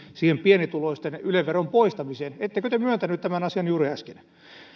pienituloisten yle veron poistamiseen ettekö te myöntänyt tämän asian juuri äsken